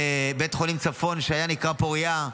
בית חולים צפון, שהיה נקרא פוריה,